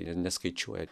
ir neskaičiuoja